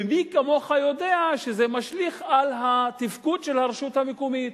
ומי כמוך יודע שזה משליך על התפקוד של הרשות המקומית.